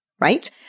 right